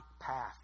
path